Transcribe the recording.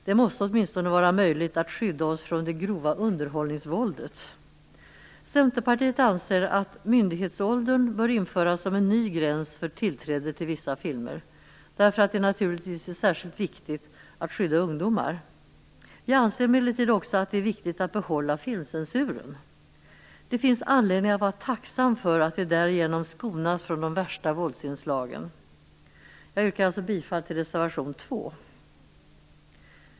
Det måste åtminstone vara möjligt att skydda oss från det grova underhållningsvåldet. Centerpartiet anser att myndighetsåldern bör införas som en ny gräns för tillträde till vissa filmer, eftersom det naturligtvis är särskilt viktigt att skydda ungdomar. Vi anser emellertid också att det är viktigt att behålla filmcensuren. Det finns anledning att vara tacksam för att vi därigenom skonas från de värsta våldsinslagen. Jag yrkar därför bifall till reservation 2.